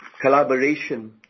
collaboration